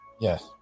Yes